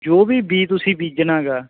ਜੋ ਵੀ ਬੀਜ ਤੁਸੀਂ ਬੀਜਣਾ ਗਾ